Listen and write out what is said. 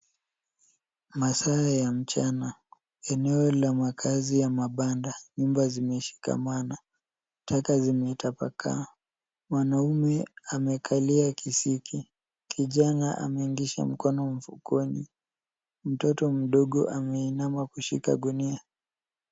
Ni masaa ya mchana eneo la kazi za mabanda nyumba yameshikana, taka zime tapaka, mwanaume amekalia kisisiki, kijana ameingisha mkono mfukoni, mtoto mdogo ameinama kushika gunia.